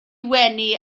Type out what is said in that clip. wenu